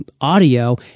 audio